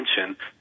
attention